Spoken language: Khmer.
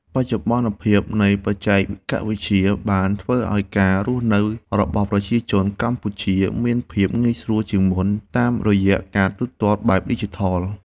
បច្ចុប្បន្នភាពនៃបច្ចេកវិទ្យាបានធ្វើឱ្យការរស់នៅរបស់ប្រជាជនកម្ពុជាមានភាពងាយស្រួលជាងមុនតាមរយៈការទូទាត់បែបឌីជីថល។